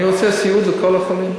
אני רוצה סיעוד לכל החולים.